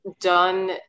done